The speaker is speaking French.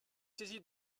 saisi